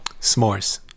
s'mores